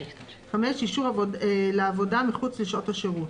אישור לעבודה מחוץלשעות השירות.